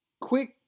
quick